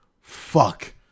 fuck